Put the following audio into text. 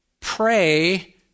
Pray